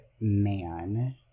man